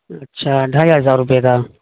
اچھا ڈھائی ہزار روپیے کا